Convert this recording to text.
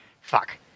Fuck